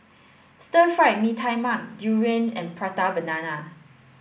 Stir Fried Mee Tai Mak durian and prata banana